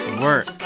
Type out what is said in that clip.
Work